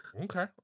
okay